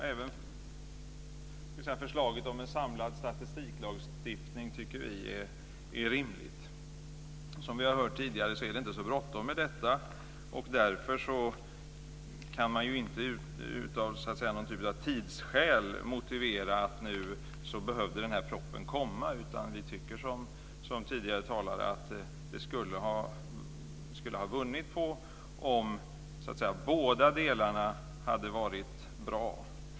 Även förslaget om en samlad statistiklagstiftning tycker vi är rimligt. Som vi tidigare har hört är det inte så bråttom med detta. Därför kan man inte av någon typ av tidsskäl motivera att propositionen behövde komma nu. Vi tycker som tidigare talare att den skulle ha vunnit på om båda delarna hade varit bra.